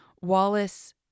Wallace